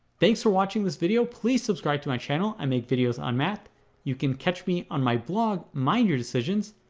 thanks for watching this video please subscribe to my channel i make videos on math you can catch me on my blog mind your decisions.